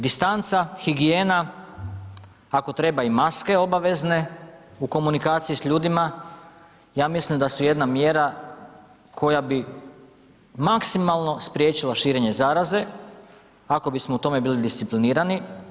Distanca, higijena, ako treba i maske obavezne u komunikaciji s ljudima, ja mislim da su jedna mjera koja bi maksimalno spriječila širenje zaraze ako bismo u tome bili disciplinirani.